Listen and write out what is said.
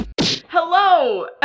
Hello